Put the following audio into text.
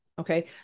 okay